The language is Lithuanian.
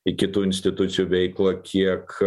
į kitų institucijų veiklą kiek